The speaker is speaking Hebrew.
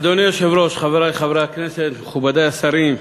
אדוני היושב-ראש, חברי חברי הכנסת, מכובדי השרים,